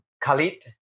Khalid